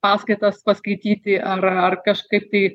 paskaitas paskaityti ar ar kažkaip tai